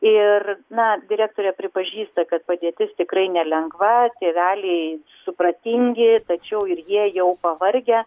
ir na direktorė pripažįsta kad padėtis tikrai nelengva tėveliai supratingi tačiau ir jie jau pavargę